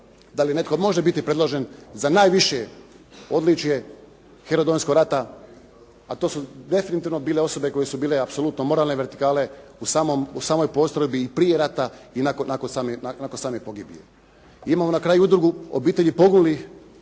da li netko može biti predložen za najviše odličje "Heroj Domovinskog rata", a to su definitivno bile osobe koje su bile apsolutno moralne vertikale u samoj postrojbi i prije rata i nakon same pogibije. Imamo na kraju Udrugu obitelji poginulih